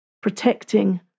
protecting